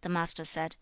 the master said,